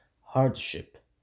Hardship